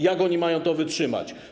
Jak oni mają to wytrzymać?